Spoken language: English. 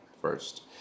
first